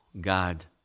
God